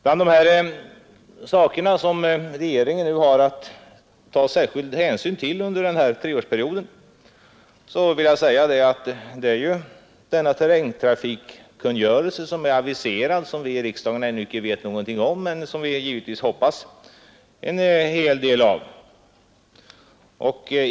Bland de saker som regeringen nu har att ta särskild hänsyn till under denna treårsperiod vill jag framhålla den aviserade terrängtrafikkungörelsen, som vi i riksdagen ännu inte vet någonting om men som vi givetvis hoppas en hel del av.